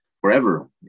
forever